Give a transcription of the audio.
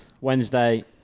Wednesday